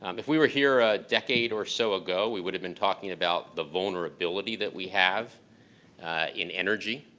um if we were here ah decade or so ago, we would have been talking about the vulnerability that we have in energy.